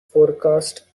forecasts